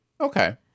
Okay